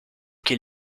quel